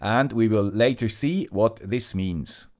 and we will later see what this means.